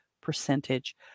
percentage